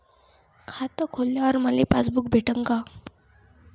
खातं खोलल्यावर मले पासबुक भेटन का?